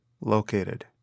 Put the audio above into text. located